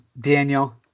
Daniel